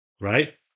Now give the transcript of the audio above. Right